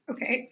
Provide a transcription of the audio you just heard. Okay